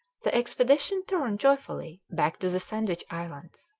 the expedition turned joyfully back to the sandwich islands.